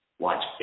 Watch